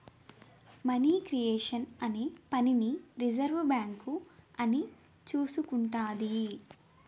money creation అనే పనిని reserve bank అని చూసుకుంటాది